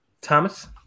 Thomas